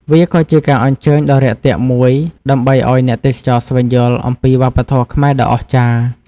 វាក៏ជាការអញ្ជើញដ៏រាក់ទាក់មួយដើម្បីឲ្យអ្នកទេសចរស្វែងយល់អំពីវប្បធម៌ខ្មែរដ៏អស្ចារ្យ។